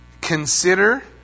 Consider